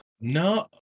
No